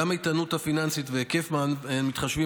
גם באיתנות הפיננסית מתחשבים,